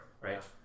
right